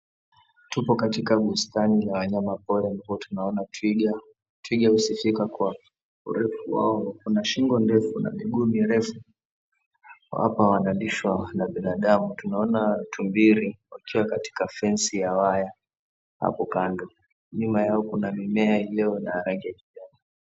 Tupo katika bustani la wanyama pori ndipo tunaona twiga. Twiga usifika kwa urefu wao. Wako na shingo ndefu na miguu mirefu. Hapa wanalishwa na binadamu. Tunaona tumbili wakiwa katika fensi ya waya hapo kando. Nyuma yao kuna mimea iliyo na rangi ya kijani.